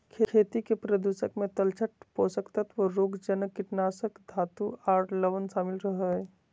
खेती के प्रदूषक मे तलछट, पोषक तत्व, रोगजनक, कीटनाशक, धातु आर लवण शामिल रह हई